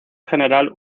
general